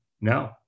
no